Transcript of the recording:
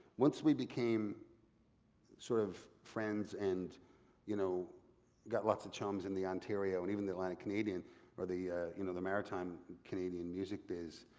once we became sort of friends and you know got lots of chums in the ontario and even the atlantic canadian or the you know the maritime canadian music biz,